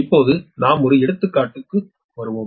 இப்போது நாம் ஒரு எடுத்துக்காட்டு எடுப்போம்